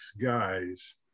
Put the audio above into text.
guys